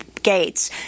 Gates